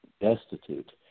destitute